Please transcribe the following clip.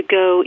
go